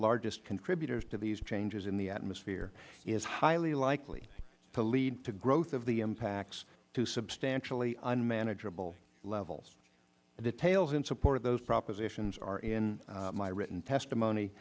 largest contributors to these changes in the atmosphere is highly likely to lead to growth of the impacts to substantially unmanageable levels the details in support of those propositions are in my written testimony